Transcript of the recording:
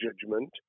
judgment